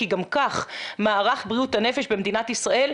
כי גם כך מערך בריאות הנפש במדינת ישראל,